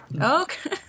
Okay